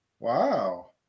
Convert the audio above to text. wow